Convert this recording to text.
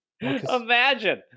imagine